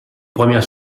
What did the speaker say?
première